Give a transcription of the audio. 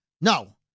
No